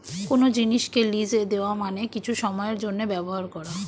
কোন জিনিসকে লিজে দেওয়া মানে কিছু সময়ের জন্যে ব্যবহার করা